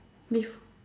bef~